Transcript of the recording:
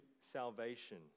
salvation